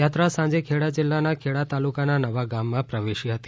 યાત્રા સાંજે ખેડા જિલ્લાના ખેડા તાલુકાના નવાગામમાં પ્રવેશી હતી